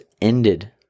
ended